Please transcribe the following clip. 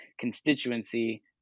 constituency